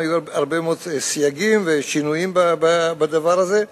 היו הרבה מאוד סייגים ושינויים בדבר הזה.